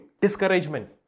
discouragement